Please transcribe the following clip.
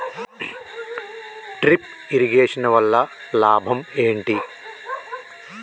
Drip irrigation వల్ల లాభం ఏంటి?